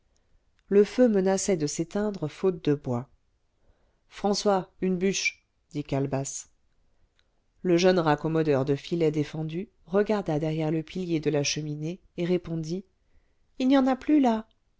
le feu menaçait de s'éteindre faute de bois françois une bûche dit calebasse le jeune raccommodeur de filets défendus regarda derrière le pilier de la cheminée et répondit il n'y en a plus là